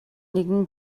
нэгэн